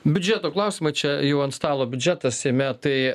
biudžeto klausimai čia jau ant stalo biudžetas seime tai